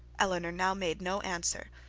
eleanor now made no answer,